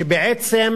שבעצם